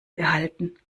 gehalten